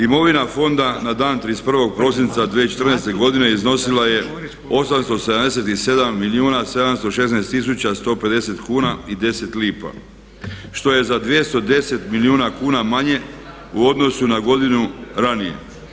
Imovina fonda na dan 31. prosinca 2014. godine iznosila je 877 milijuna 716 tisuća 150 kuna i 10 lipa što je za 210 milijuna kuna manje u odnosu na godinu ranije.